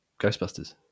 ghostbusters